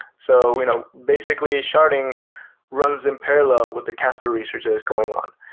so you know basically, sharding runs in parallel with the casper researcher that's going on,